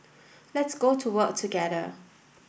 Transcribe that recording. let's go to work together